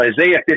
Isaiah